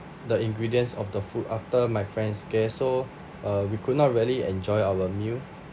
the ingredients of the food after my friend's scare so uh we could not really enjoy our meal